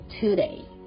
today